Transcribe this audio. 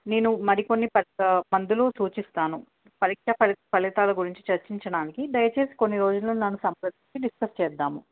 నేను మరికన్ని ప మందులు సూచిస్తాను పరీక్ష ఫలితాల గురించి చర్చించడానికి దయచేసి కొన్ని రోజుల్లో నన్ను సంప్రదించి డిస్కస్ చేద్దాము